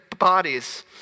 Bodies